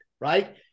right